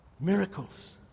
Miracles